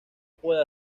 puede